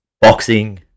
Boxing